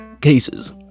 cases